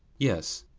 yes.